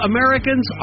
Americans